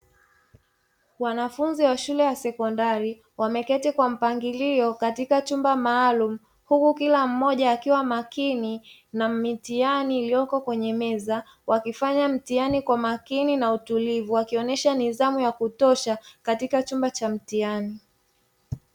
Wanafunzi wa shule ya sekondari, wameketi kwa mpangilio katika chumba maalumu, huku kila mmoja akiwa makini na mitihani iliyoko kwenye meza, wakifanya mtihani kwa makini na utulivu, wakionyesha nidhamu ya kutosha katika chumba cha mtihani.